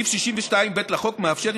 סעיף 62(ב) לחוק מאפשר,